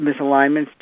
misalignments